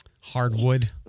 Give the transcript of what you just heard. Hardwood